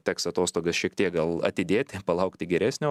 teks atostogas šiek tiek gal atidėti palaukti geresnio